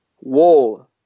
war